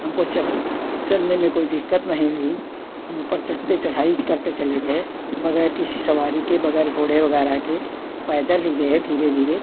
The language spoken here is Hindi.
हमको चल चलने में कोई दिक्कत नहीं हुई हम ऊपर चढ़ते चढ़ाई करते चले गए वगैर किसी सवारी के वगैर घोड़े वगैरह के पैदल ही गए धीरे धीरे